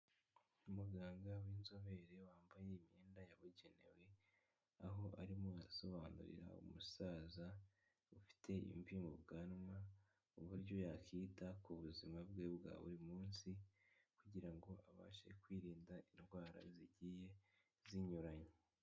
Umuganga w'inzobere wambaye imyenda yabugenewe, aho arimo arasobanurira umusaza ufite imvi mu bwanwa, n'uburyo yakwita ku buzima bwe bwa buri munsi kugira ngo abashe kwirinda indwara zigiye zinyuranye.